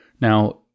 Now